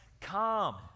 come